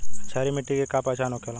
क्षारीय मिट्टी के का पहचान होखेला?